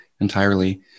entirely